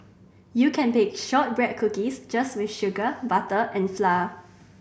you can bake shortbread cookies just with sugar butter and flour